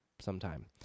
sometime